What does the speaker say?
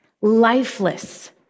lifeless